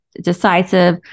decisive